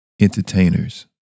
Entertainers